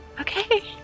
Okay